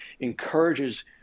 encourages